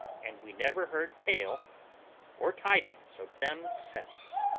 and we never heard tale or tidings of them since.